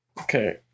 okay